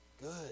Good